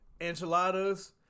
Enchiladas